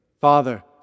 Father